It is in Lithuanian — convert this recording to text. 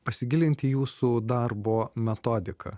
pasigilinti į jūsų darbo metodiką